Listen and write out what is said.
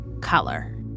color